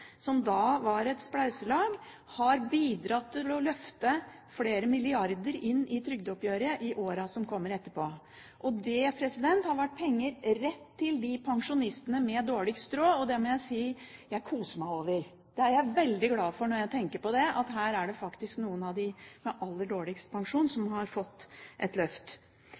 som altså var et spleiselag – har bidratt til å løfte flere milliarder kroner inn i trygdeoppgjøret i årene etterpå. Dette har vært penger rett til de pensjonistene med dårligst råd, og det må jeg si jeg koser meg over. Jeg blir veldig glad når jeg tenker på at noen av dem med aller dårligst pensjon har fått et løft.